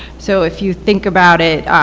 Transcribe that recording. so if you think about it,